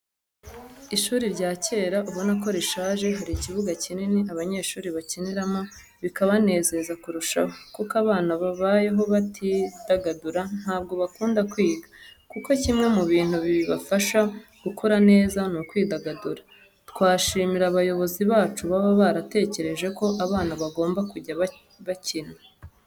Ishuri rya kera ubona ko rishaje, hari ikibuga kinini abanyeshuri bakiniramo bikabanezeza kurushaho, kuko abana babayeho batidagadura ntabwo bakunda kwiga, kuko kimwe mu bintu bibafasha gukura neza ni ukwidagadura. Twashimira abayobozi bacu baba baratekereje ko abana bagomba kujya bakina.